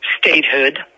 statehood